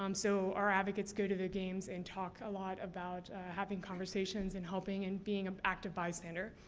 um so, our advocates go to the games and talk a lot about having conversations and helping and being an active bystander.